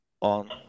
on